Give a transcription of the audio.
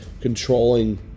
controlling